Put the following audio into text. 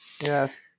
Yes